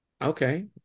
Okay